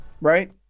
right